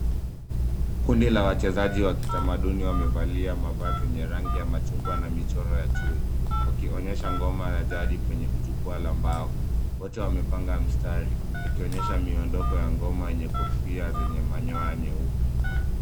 Kundi la wachezaji wa kitamaduni wamevalia mavazi yenye rangi ya machungwa na michoro ya chui, wakionyesha ngoma ya jadi kwenye jukwaa la mbao. Wote wamepanga mistari wakionyesha miondoko ya ngoma yenye kofia zenye manyoya nyeupe.